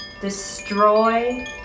Destroy